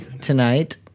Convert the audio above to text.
tonight